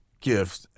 gift